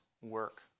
work